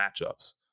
matchups